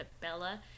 Bella